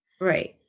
Right